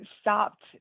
stopped